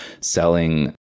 selling